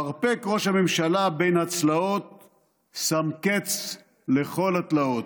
// מרפק ראש הממשלה בין הצלעות / שם קץ לכל התלאות.